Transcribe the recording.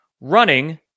running